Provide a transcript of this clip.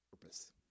purpose